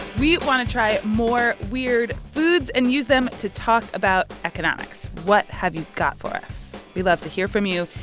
we want to try more weird foods and use them to talk about economics. what have you got for us? we love to hear from you.